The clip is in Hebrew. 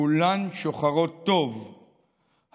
כולן שוחרות טוב,